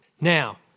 Now